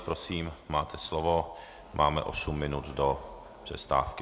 Prosím, máte slovo, máme osm minut do přestávky.